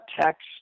text